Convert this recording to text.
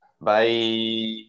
Bye